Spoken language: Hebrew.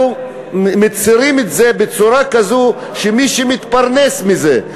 אנחנו מציירים את זה בצורה כזו שמי שמתפרנס מזה,